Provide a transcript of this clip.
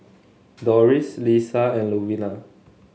Doris Lissa and Louella